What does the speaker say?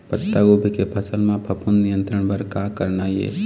पत्तागोभी के फसल म फफूंद नियंत्रण बर का करना ये?